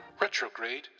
Retrograde